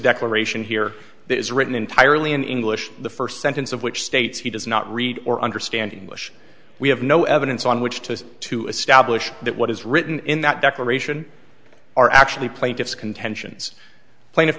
declaration here that is written entirely in english the first sentence of which states he does not read or understand english we have no evidence on which to to establish that what is written in that declaration are actually plaintiff's contentions plain